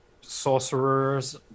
sorcerers